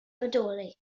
bodoli